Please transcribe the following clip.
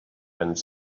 ens